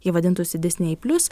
ji vadintųsi disney plius